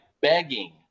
begging